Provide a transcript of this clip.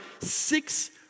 six